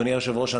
אדוני היושב-ראש,